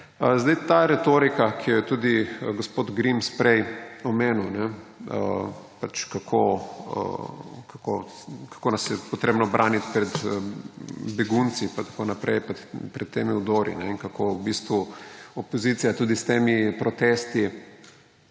Zdaj ta retorika, ki jo je tudi gospod Grims prej omenil, kako nas je potrebno braniti pred begunci in pred temi udori in kako v bistvu opozicija tudi s temi protesti